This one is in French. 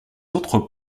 autres